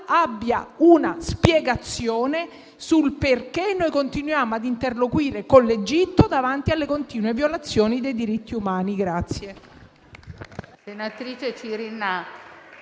abbia una spiegazione sul perché continuiamo a interloquire con l'Egitto nonostante le continue violazioni dei diritti umani.